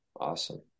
Awesome